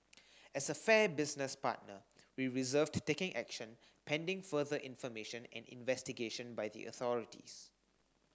as a fair business partner we reserved taking action pending further information and investigation by the authorities